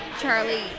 Charlie